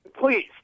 Please